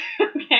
Okay